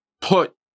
put